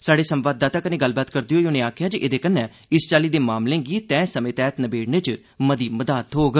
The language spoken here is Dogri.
साहड़े संवाददाता कन्ने गल्लबात करदे होई उनें आक्खेया जे एहदे कन्ने इस चाल्ली दे मामलें गी तैह समें तैहत नबेड़ने च मती मदद थ्होग